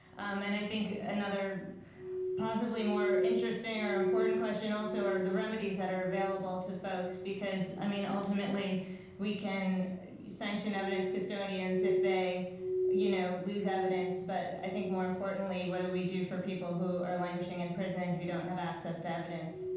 and i think another possibly more interesting or important question also are the remedies that are available to folks, because i mean ultimately we can sanction evidence custodians, if they you know lose evidence but i think more importantly what do we do for people who are languishing in prison, who don't have access to evidence?